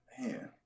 man